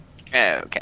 Okay